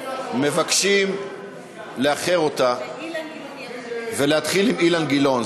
מבקשים לאחר אותה ולהתחיל עם אילן גילאון.